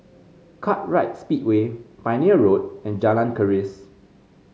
Kartright Speedway Pioneer Road and Jalan Keris